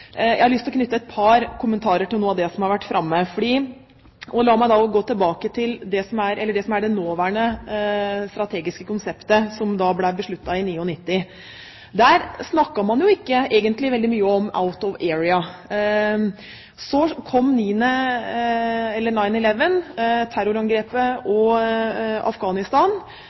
Jeg har lyst til å knytte et par kommentarer til noe av det som har vært framme. La meg da gå tilbake til det som er det nåværende strategiske konseptet, som ble besluttet i 1999. Der snakket man ikke egentlig veldig mye om «out of area». Så kom